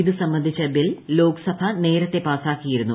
ഇത് സംബന്ധിച്ച ബിൽ ലോക്ട്സ്ഭ നേരത്തെ പാസാക്കിയിരുന്നു